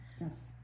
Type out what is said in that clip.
Yes